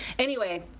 anyway,